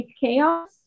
Chaos